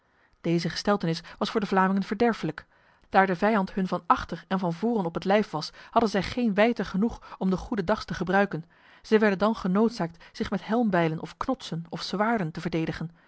deze gesteltenis was voor de vlamingen verderfelijk daar de vijand hun van achter en van voren op het lijf was hadden zij geen wijdte genoeg om de goedendags te gebruiken zij werden dan genoodzaakt zich met helmbijlen of knotsen of zwaarden te verdedigen